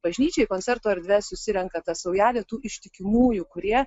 bažnyčią į koncerto erdves susirenka ta saujelė tų ištikimųjų kurie